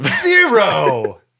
Zero